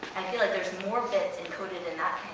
feel like there's more bits encoded in that